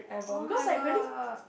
oh-my-god